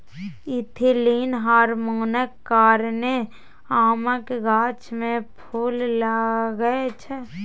ethylene हार्मोनक कारणेँ आमक गाछ मे फुल लागय छै